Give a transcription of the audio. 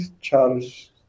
Charles